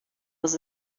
was